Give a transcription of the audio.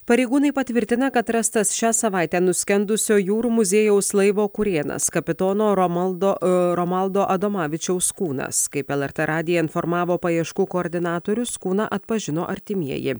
pareigūnai patvirtina kad rastas šią savaitę nuskendusio jūrų muziejaus laivo kurėnas kapitono romaldo romaldo adomavičiaus kūnas kaip lrt radiją informavo paieškų koordinatorius kūną atpažino artimieji